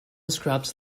scraps